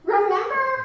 Remember